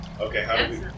Okay